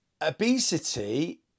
Obesity